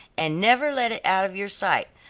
and never let it out of your sight.